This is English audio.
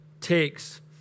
takes